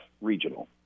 regional